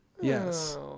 Yes